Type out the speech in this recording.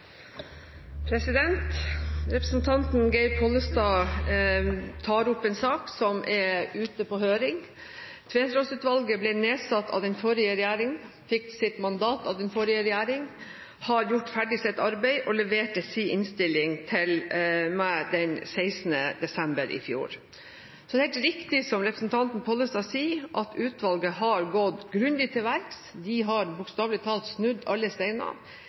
fiskekvoter? Representanten Geir Pollestad tar opp en sak som er ute på høring. Tveterås-utvalget ble nedsatt av den forrige regjeringen, fikk sitt mandat av den forrige regjeringen, har gjort ferdig sitt arbeid og leverte sin innstilling til meg den 16. desember i fjor. Så det er helt riktig som representanten Pollestad sier, at utvalget har gått grundig til verks. De har bokstavelig talt snudd alle steiner.